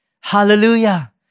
Hallelujah